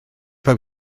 pawb